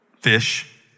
Fish